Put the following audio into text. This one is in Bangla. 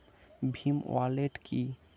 ভীম ওয়ালেট কি?